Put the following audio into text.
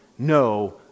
No